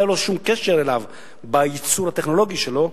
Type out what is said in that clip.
לא היה לו שום קשר לייצור הטכנולוגי שלו.